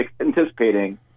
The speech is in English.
anticipating